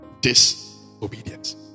disobedience